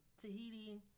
Tahiti